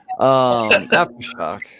Aftershock